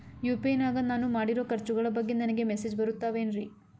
UPI ನಾಗ ನಾನು ಮಾಡಿರೋ ಖರ್ಚುಗಳ ಬಗ್ಗೆ ನನಗೆ ಮೆಸೇಜ್ ಬರುತ್ತಾವೇನ್ರಿ?